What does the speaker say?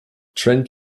trent